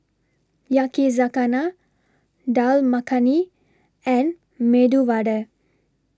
Yakizakana Dal Makhani and Medu Vada